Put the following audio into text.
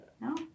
no